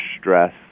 stress